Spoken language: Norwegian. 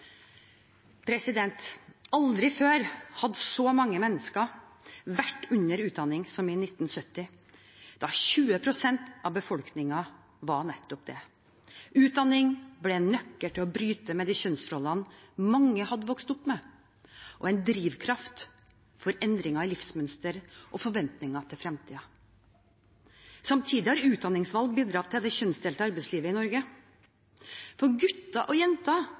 Aldri før hadde så mange mennesker vært under utdanning som i 1970, da 20 pst. av befolkningen var nettopp det. Utdanning ble en nøkkel til å bryte med de kjønnsrollene mange hadde vokst opp med og en drivkraft for endringer i livsmønster og forventninger til fremtiden. Samtidig har utdanningsvalg bidratt til det kjønnsdelte arbeidslivet i Norge, for gutter og jenter